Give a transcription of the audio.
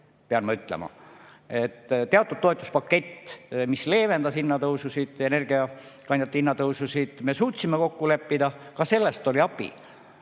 pean ma ütlema. Teatud toetuspaketi, mis leevendas hinnatõususid, energiakandjate hinnatõususid, me suutsime kokku leppida, ka sellest oli abi.